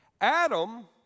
Adam